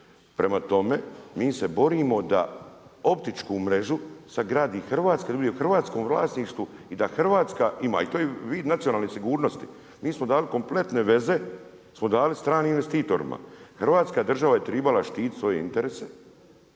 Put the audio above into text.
Prema tome, mi se borimo da optičku mrežu sagradi Hrvatska i da bude u hrvatskom vlasništvu i da Hrvatska ima. I to je vid nacionalne sigurnosti. Mi smo dali kompletne veze smo dali stranim investitorima. Hrvatska država je tribala štititi svoje interese